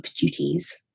duties